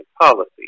policy